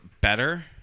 better